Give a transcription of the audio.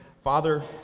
Father